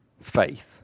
faith